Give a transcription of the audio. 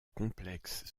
complexe